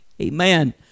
amen